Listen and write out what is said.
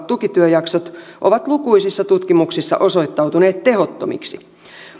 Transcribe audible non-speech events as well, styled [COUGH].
[UNINTELLIGIBLE] tukityöjaksot ovat lukuisissa tutkimuksissa osoittautuneet tehottomiksi